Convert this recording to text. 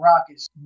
Rockets